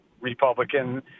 Republican